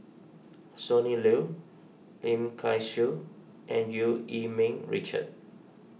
Sonny Liew Lim Kay Siu and Eu Yee Ming Richard